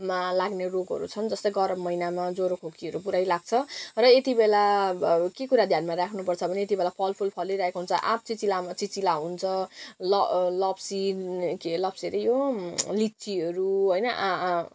मा लाग्ने रोगहरू छन् जस्तै गरम महिनामा ज्वरो खोकीहरू पुरै लाग्छ र यति बेला के कुरा ध्यानमा राख्नुपर्छ भने यति बेला फलफुल फलिराखेको हुन्छ आँप चिचिलामा चिचिला हुन्छ ल लप्सी के अरे यो लिचीहरू होइन आँ आँ